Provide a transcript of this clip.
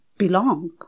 belong